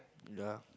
ya